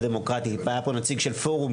היה פה נציג של פורום